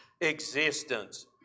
existence